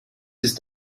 ist